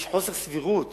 יש חוסר סבירות